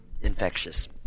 infectious